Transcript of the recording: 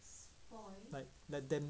like let them